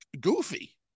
goofy